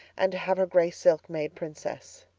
and to have her gray silk made princess.